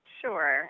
Sure